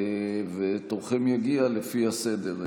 ותורכם יגיע לפי הסדר.